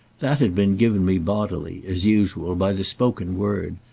that had been given me bodily, as usual, by the spoken word,